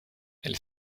elle